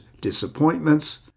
disappointments